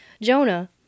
Jonah